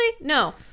no